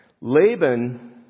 Laban